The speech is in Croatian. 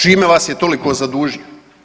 Čime vas je toliko zadužio?